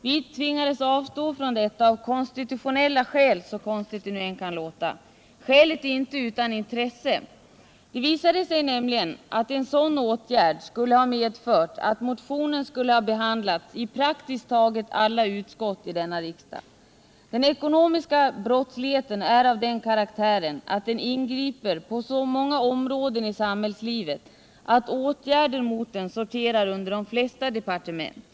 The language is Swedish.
Vi tvingades avstå från detta av konstitutionella skäl — hur konstigt det nu än kan — Nr 55 låta. Skälet är inte utan intresse. Det visade sig nämligen att en sådan åtgärd skulle ha medfört att motionen måste behandlas i praktiskt taget alla = utskott i denna riksdag. Den ekonomiska brottsligheten är av den ka Åtgärder mot den raktären att den ingriper på så många områden i samhällslivet att åtgärder — ekonomiska mot den sorterar under de flesta departement.